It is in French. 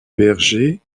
berger